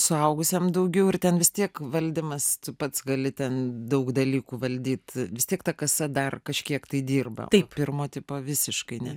suaugusiam daugiau ir ten vis tiek valdymas tu pats gali ten daug dalykų valdyt vis tiek ta kasa dar kažkiek tai dirba taip pirmo tipo visiškai ne